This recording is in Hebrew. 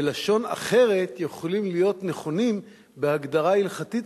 בלשון אחרת יכולים להיות נכונים בהגדרה הלכתית.